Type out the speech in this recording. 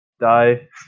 die